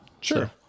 Sure